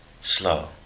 Slow